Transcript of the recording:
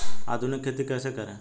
आधुनिक खेती कैसे करें?